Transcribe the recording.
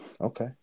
Okay